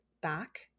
back